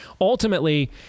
Ultimately